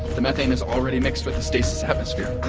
the methane has already mixed with the stasis atmosphere